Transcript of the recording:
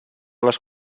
les